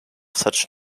such